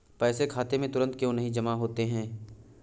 पैसे खाते में तुरंत क्यो नहीं जमा होते हैं?